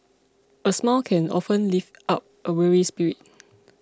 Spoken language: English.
a smile can often lift up a weary spirit